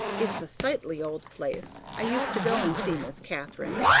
it's a sightly old place i used to go and see miss katharine.